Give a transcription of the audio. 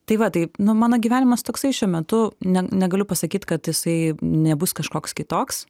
tai va tai nu mano gyvenimas toksai šiuo metu ne negaliu pasakyt kad jisai nebus kažkoks kitoks